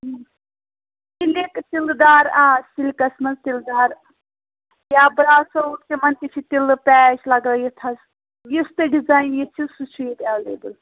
silk تِلہٕ دار آ سِلکَس منٛز تِلہٕ دار یا برٛاس سوٗٹ تِمن تہِ چھِ تِلہٕ پیچ لَگٲوِتھ حظ یُس تہِ ڈِزایِن ییٚتہِ چھُ سُہ چھُ ییٚتہِ ایٚویلیبٕل